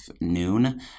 noon